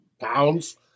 pounds